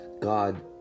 God